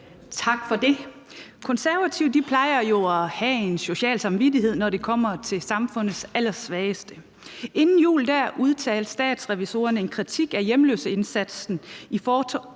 Tak for det. Konservative plejer jo at have en social samvittighed, når det kommer til samfundets allersvageste. Inden jul udtalte Statsrevisorerne en kritik af hjemløseindsatsen, i forhold